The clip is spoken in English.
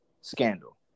scandal